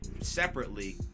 separately